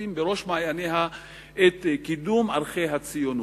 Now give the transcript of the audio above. לשים בראש מעייניה את קידום ערכי הציונות.